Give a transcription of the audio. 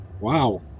Wow